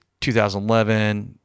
2011